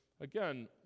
Again